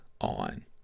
on